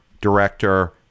director